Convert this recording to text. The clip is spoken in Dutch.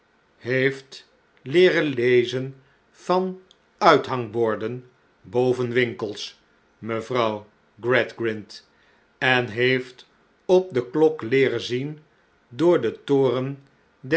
heeft leeren lezen van uithangborden boven winkels mevrouw gradgrind en heeft op de klok leeren zien door den toren der